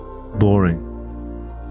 boring